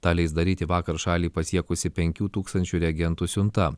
tą leis daryti vakar šalį pasiekusi penkių tūkstančių reagentų siunta